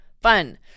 fun